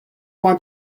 want